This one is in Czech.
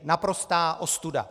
Naprostá ostuda.